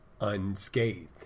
Unscathed